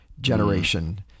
generation